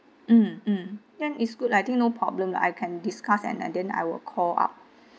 mm mm then is good lah I think no problem lah I can discuss and then I will call up